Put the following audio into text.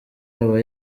aba